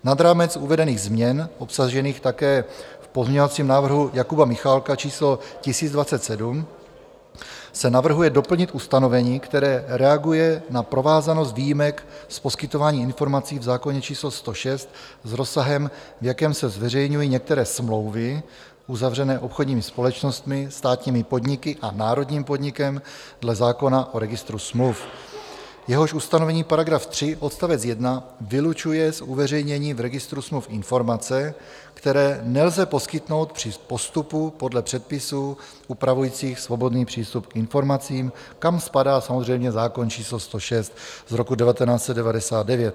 Nad rámec uvedených změn obsažených také v pozměňovacím návrhu Jakuba Michálka číslo 1027 se navrhuje doplnit ustanovení, které reaguje na provázanost výjimek z poskytování informací v zákoně č. 106 s rozsahem, v jakém se zveřejňují některé smlouvy uzavřené obchodními společnostmi, státními podniky a národním podnikem dle zákona o registru smluv, jehož ustanovení § 3 odst. 1 vylučuje z uveřejnění v registru smluv informace, které nelze poskytnout při postupu podle předpisů upravujících svobodný přístup k informacím, kam spadá samozřejmě zákon č. 106/1999.